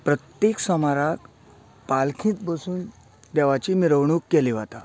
प्रत्येक सोमाराक पालखेंत बसून देवाची मिरवणूक केली वता